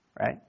Right